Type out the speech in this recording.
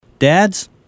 Dads